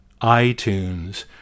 iTunes